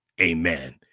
Amen